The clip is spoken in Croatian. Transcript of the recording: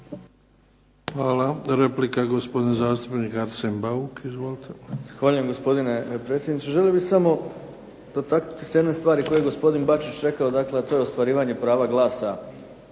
Hvala. Replika, gospodin zastupnik Arsen Bauk. Izvolite. **Bauk, Arsen (SDP)** Zahvaljujem gospodine predsjedniče. Želio bih samo dotaknuti se jedne stvari koju je gospodin Bačić rekao dakle, a to je ostvarivanje prava glasa